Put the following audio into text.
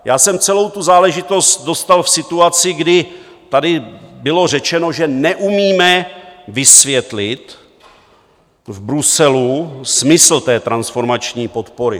Já jsem celou tu záležitost dostal v situaci, kdy tady bylo řečeno, že neumíme vysvětlit Bruselu smysl té transformační podpory.